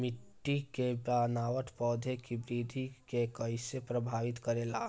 मिट्टी के बनावट पौधों की वृद्धि के कईसे प्रभावित करेला?